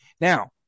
Now